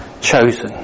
Chosen